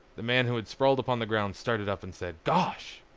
the man who had sprawled upon the ground started up and said, gosh!